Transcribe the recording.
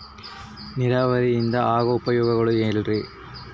ನೇರಾವರಿಯಿಂದ ಆಗೋ ಉಪಯೋಗಗಳನ್ನು ಹೇಳ್ರಿ